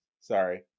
Sorry